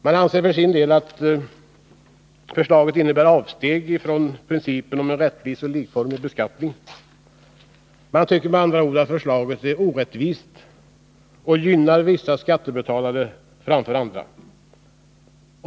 Man anser för sin del att förslaget innebär avsteg från principen om en rättvis och likformig beskattning. Man tycker med andra ord att förslaget är orättvist och att det gynnar vissa skattebetalare framför andra.